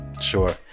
Sure